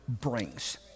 brings